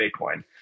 Bitcoin